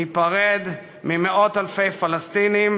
ניפרד ממאות אלפי פלסטינים,